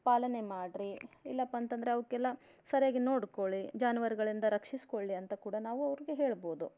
ಪಾಲನೆ ಮಾಡ್ರಿ ಇಲ್ಲಪ್ಪಂತಂದರೆ ಅವಕ್ಕೆಲ್ಲಾ ಸರಿಯಾಗಿ ನೋಡ್ಕೊಳ್ಳಿ ಜಾನುವಾರುಗಳಿಂದ ರಕ್ಷಿಸ್ಕೊಳ್ಳಿ ಅಂತ ಕೂಡ ನಾವು ಅವರಿಗೆ ಹೇಳ್ಬೋದು